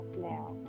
now